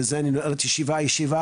בזה אני נועל את הישיבה.